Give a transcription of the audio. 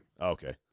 Okay